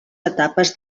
etapes